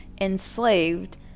enslaved